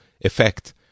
effect